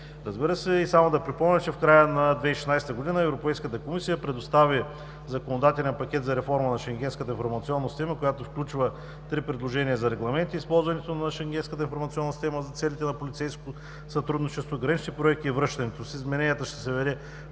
Разбира се, и само да припомня, че в края на 2016 г. Европейската комисия предостави законодателен пакет за реформа на Шенгенската информационна система, която включва три предложения за регламенти – използване на Шенгенската информационна система за целите на полицейското сътрудничество, гранични проекти и връщането. С измененията ще се даде